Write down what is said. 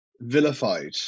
vilified